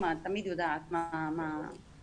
אימא תמיד יודעת מה יש